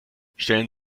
stellen